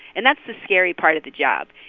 and that's the scary part of the job.